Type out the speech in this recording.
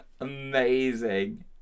Amazing